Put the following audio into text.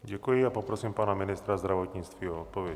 Děkuji a poprosím pana ministra zdravotnictví o odpověď.